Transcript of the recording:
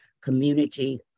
community